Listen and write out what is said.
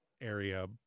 Area